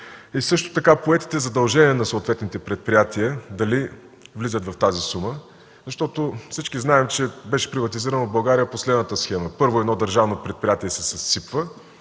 и също така поетите задължения на съответните предприятия дали влизат в тази сума? Защото всички знаем, че в България беше приватизирано по следната схема: първо, едно държавно предприятие се съсипва,